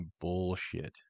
bullshit